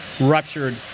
ruptured